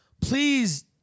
please